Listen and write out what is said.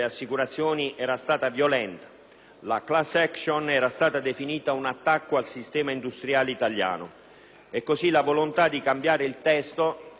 La *class action* era stata definita un attacco al sistema industriale italiano e così la volontà di modificare il testo ha già imposto due rinvii.